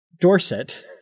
Dorset